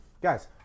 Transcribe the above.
Guys